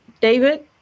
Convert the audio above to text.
david